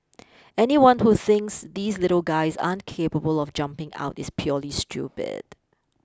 anyone who thinks these little guys aren't capable of jumping out is purely stupid